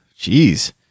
jeez